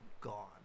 gone